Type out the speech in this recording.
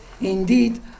Indeed